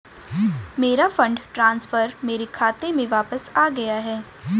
मेरा fund transfer मेरे खाते में वापस आ गया है